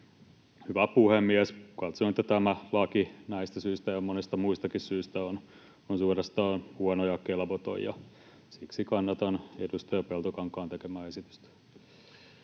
Hyvä puhemies! Katson, että tämä laki näistä syistä ja monista muistakin syistä on suorastaan huono ja kelvoton, ja siksi kannatan edustaja Peltokankaan tekemää esitystä.